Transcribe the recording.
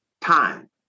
time